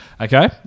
Okay